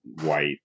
white